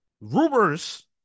Rumors